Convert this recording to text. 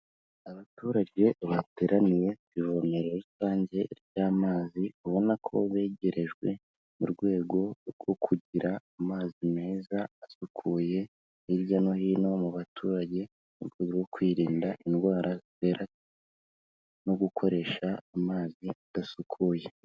Abaturage bateraniye ku ivomero rusange ry'amazi, ubona ko begerejwe mu rwego rwo kugira amazi meza asukuye, hirya no hino mu baturage, mu rwego rwo kwirinda indwara ziterwa no gukoresha amazi adasukuye.